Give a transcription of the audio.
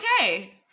okay